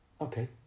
okay